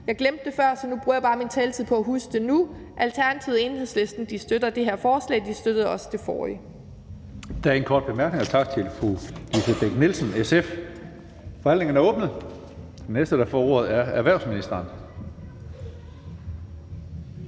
Jeg glemte at sige det før, så jeg bruger min taletid på at sige det nu: Alternativet og Enhedslisten støtter det her forslag, og de støttede også det forrige.